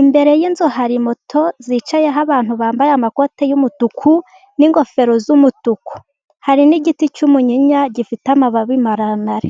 imbere y'inzu hari moto zicayeho abantu bambaye amakoti y'umutuku n'ingofero z'umutuku. Hari n'igiti cy'umunyinya gifite amababi maremare.